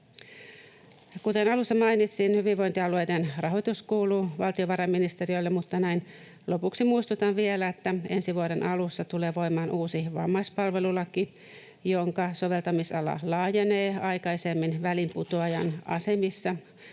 Kuten alussa mainitsin, hyvinvointialueiden rahoitus kuuluu valtiovarainministeriölle, mutta näin lopuksi muistutan vielä, että ensi vuoden alussa tulee voimaan uusi vammaispalvelulaki, jonka soveltamisala laajenee aikaisemmin väliinputoajan asemassa